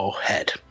head